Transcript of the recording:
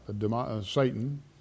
Satan